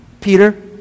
Peter